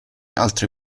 altre